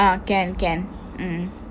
ya can can um